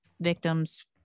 victim's